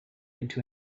into